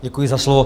Děkuji za slovo.